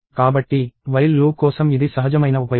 కాబట్టి while loop కోసం ఇది సహజమైన ఉపయోగం